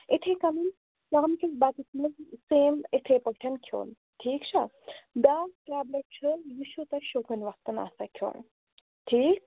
یِتھَے کٔنی شامکِس بَتَس منٛز سیم یِتھَے پٲٹھ کھیوٚن ٹھیٖک چھا بیٛاکھ ٹیبلِٹ چھُ یہِ چھُو تۄہہِ شوٚنٛگَن وقتَن آسان کھیوٚن ٹھیٖک